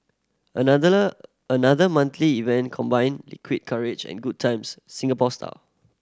another monthly event combining liquid courage and good times Singapore style